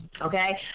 okay